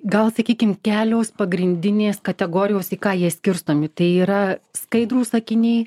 gal sakykim kelios pagrindinės kategorijos į ką jie skirstomi tai yra skaidrūs akiniai